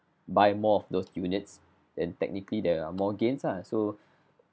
buy more of those units and technically there are more gains lah so